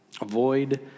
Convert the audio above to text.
Avoid